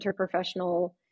interprofessional